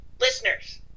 listeners